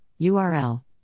URL